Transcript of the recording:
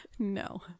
No